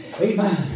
Amen